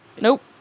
nope